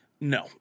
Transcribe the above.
no